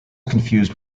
confused